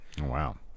wow